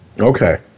Okay